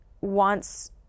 wants